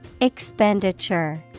Expenditure